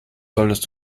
solltest